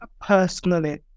personally